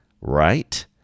Right